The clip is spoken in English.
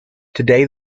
today